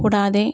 കൂടാതെ